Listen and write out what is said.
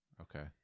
okay